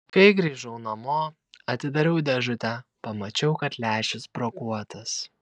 kai grįžau namo atidariau dėžutę pamačiau kad lęšis brokuotas